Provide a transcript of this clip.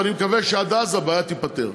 ואני מקווה שעד אז הבעיה תיפתר.